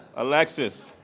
alexis,